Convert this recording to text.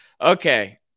okay